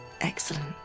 Excellent